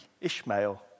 Ishmael